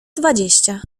dwadzieścia